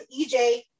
EJ